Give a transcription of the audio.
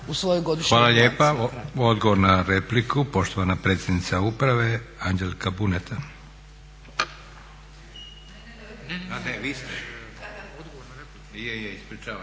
Hvala lijepa. Odgovor na repliku poštovana predsjednica uprave Anđelka Buneta.